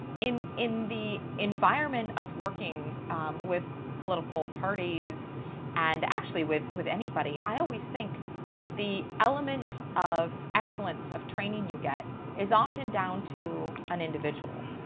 in, in the environment of working with political parties and actually with with anybody, i always think the element of excellence of training you get is often down to an individual.